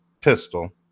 pistol